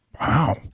Wow